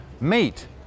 meet